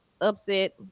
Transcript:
upset